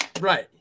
Right